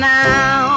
now